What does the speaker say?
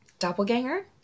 doppelganger